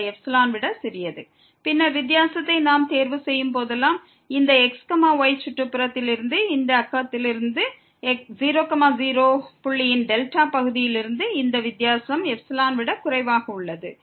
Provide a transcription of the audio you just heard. இந்த வேறுபாடு ஐ விட சிரியதாகும் இந்த நெய்பர்த்துட்டிலிருந்து நாம் x y தேர்வு செய்யும் போதெல்லாம் அதாவது 0 0 புள்ளியின் நெய்பர்ஹுட் இருக்கும் போதெல்லாம் இந்த வித்தியாசம் ε விட குறைவாக உள்ளது